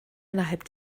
innerhalb